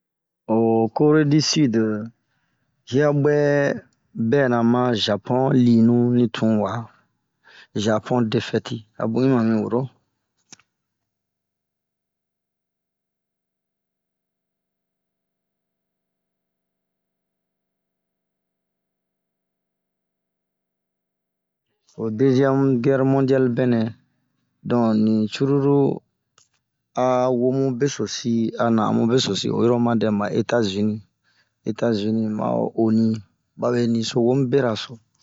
Ho kore di side hia buɛ bɛna ma zapon linu li tunwa zapon defɛti, abun un woro,....... ho deziɛmu gɛri mɔndiali bɛnɛ. Don ni cururu a womu besosi ana amubesosi oyilo o ma dɛmu ma etazini ,etazini ma oni, bawe niso womu sinre.